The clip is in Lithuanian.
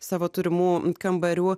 savo turimų kambarių